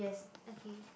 okay